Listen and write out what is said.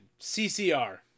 CCR